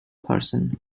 person